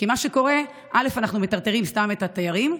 כי מה שקורה הוא שאנחנו מטרטרים סתם את התיירים.